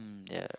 mm yeah